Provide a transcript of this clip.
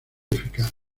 eficaz